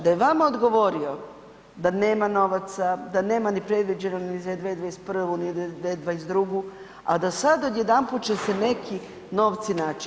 Da je vama odgovorio da nema novaca, da nema ni predviđeno ni za 2021. ni '22., a da sad odjedanput će se neki novci naći.